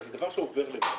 זה דבר שעובר לבד.